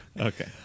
Okay